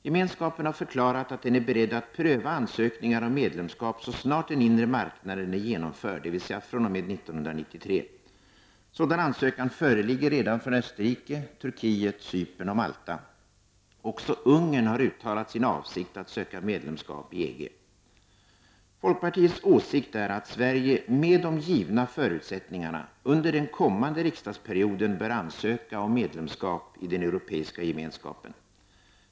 Gemenskapen har förklarat att den är beredd att pröva ansökningar om medlemskap så snart den inre marknaden är genomförd, dvs. fr.o.m. 1993. Sådana ansökningar föreligger redan från Österrike, Turkiet, Cypern och Malta. Också Ungern har uttalat sin avsikt att söka medlemskap av EG. Folkpartiets åsikt är att Sverige, med de givna förutsättningarna, under den kommande riksdagsperioden bör ansöka om medlemskap i Europeiska gemenskapen.